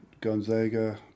gonzaga